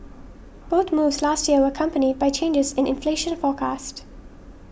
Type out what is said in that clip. both moves last year were accompanied by changes in inflation forecast